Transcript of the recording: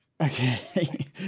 Okay